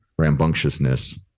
rambunctiousness